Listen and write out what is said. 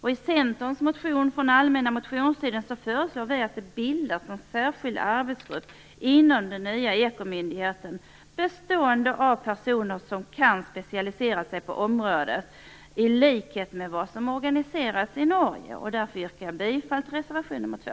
I Centerns motion från den allmänna motionstiden föreslår vi att det bildas en särskild arbetsgrupp inom den nya ekomyndigheten, bestående av personer som kan specialisera sig på området, i likhet med vad som har organiserats i Norge. Jag yrkar därför bifall till reservation 2.